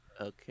Okay